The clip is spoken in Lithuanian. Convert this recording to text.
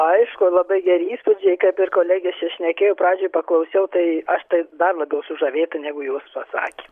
aišku labai geri įspūdžiai kaip ir kolegės čia šnekėjo pradžiai paklausiau tai aš taip dar labiau sužavėta negu jos pasakė